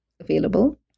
available